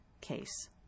case